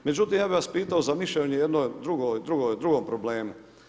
Međutim, ja bi vas pitao za mišljenje o jednom drugom problemu.